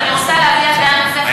אבל אני רוצה להביע דעה נוספת.